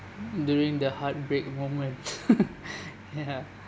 during the heartbreak moment ya